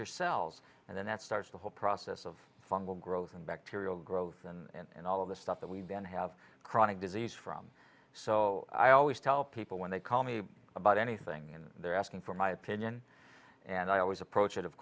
your cells and then that starts the whole process of fungal growth and bacterial growth and all of the stuff that we then have chronic disease from so i always tell people when they call me about anything and they're asking for my opinion and i always approached it of